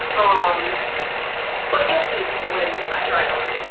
um but you'll see when i tried on